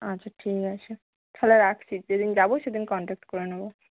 আচ্ছা ঠিক আছে তাহলে রাখছি যেদিন যাবো সেদিন কনট্যাক্ট করে নেবো